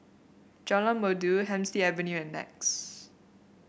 Jalan Merdu Hemsley Avenue and Nex